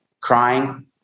crying